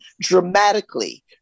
dramatically